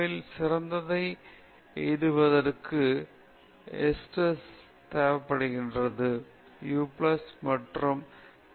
நம்மில் சிறந்ததை எய்துவதற்கு ஈஸ்ட்ரஸ் தேவைப்படுகிறது u பிளஸ் மன அழுத்தம் நல்லது